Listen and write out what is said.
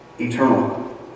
eternal